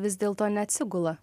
vis dėlto neatsigula